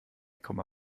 komma